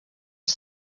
els